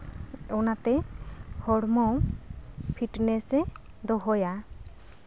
ᱚᱱᱟᱛᱮ ᱦᱚᱲᱢᱚ ᱯᱷᱤᱴᱱᱮᱥᱮ ᱫᱚᱦᱚᱭᱟ